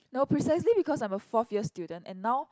no precisely because I am a forth year student and now